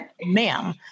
ma'am